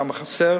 שם חסר